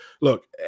look